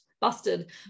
busted